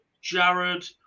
Jared